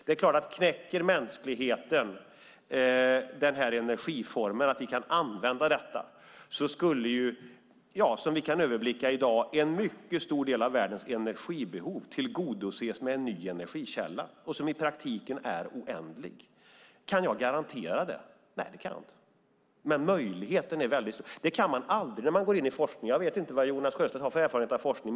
Om mänskligheten knäcker denna energiform så att vi kan använda den skulle, vad vi kan överblicka i dag, en mycket stor del av världens energibehov tillgodoses med en ny energikälla som i praktiken är oändlig. Kan jag garantera detta? Nej, det kan jag inte. Möjligheten är dock väldigt stor. Jag vet inte vad Jonas Sjöstedt har för erfarenhet av forskning.